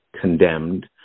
condemned